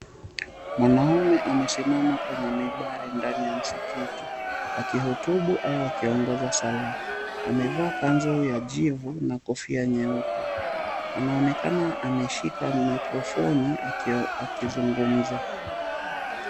Mwanamume amesimama kwenye mibari ndani ya msikiti, akihutubu au akiongoza sala. Amevaa kanzu ya jivu na kofia nyeupe. Anaonekana ameshika maikrofoni akizungumza.